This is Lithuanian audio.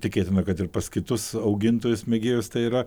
tikėtina kad ir pas kitus augintojus mėgėjus tai yra